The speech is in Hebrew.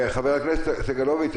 חבר הכנסת סגלוביץ',